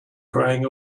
crying